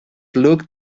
looked